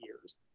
years